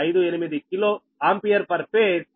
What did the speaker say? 1658 kilo ampere per phase